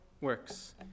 works